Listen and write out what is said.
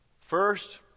First